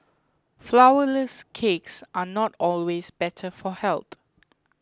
Flourless Cakes are not always better for health